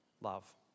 love